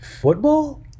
football